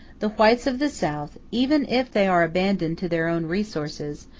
the whites of the south, even if they are abandoned to their own resources,